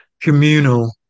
communal